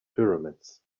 pyramids